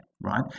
Right